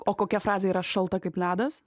o kokia frazė yra šalta kaip ledas